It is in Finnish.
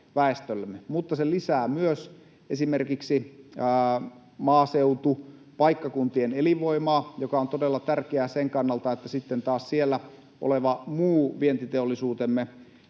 Mutta se lisää myös esimerkiksi maaseutupaikkakuntien elinvoimaa, mikä on todella tärkeää sen kannalta, että sitten taas siellä oleva, muun vientiteollisuutemme